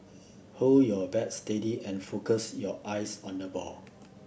hold your bat steady and focus your eyes on the ball